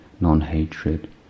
non-hatred